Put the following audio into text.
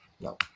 No